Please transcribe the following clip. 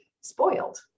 spoiled